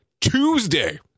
Tuesday